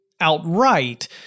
outright